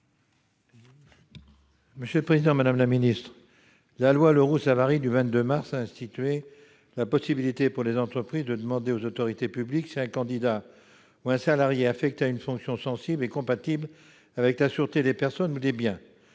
: La parole est à M. Alain Fouché. La loi Le Roux-Savary du 22 mars 2016 a institué la possibilité pour les entreprises de demander aux autorités publiques si un candidat ou un salarié affecté à une fonction sensible est compatible avec la sûreté des personnes ou des biens.